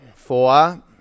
four